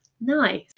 Nice